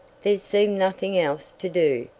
there seemed nothing else to do!